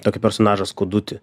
tokį personažą skudutį